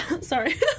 Sorry